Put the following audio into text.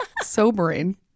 sobering